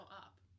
up